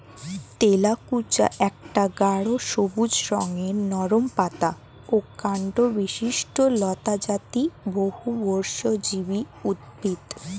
তেলাকুচা একটা গাঢ় সবুজ রঙের নরম পাতা ও কাণ্ডবিশিষ্ট লতাজাতীয় বহুবর্ষজীবী উদ্ভিদ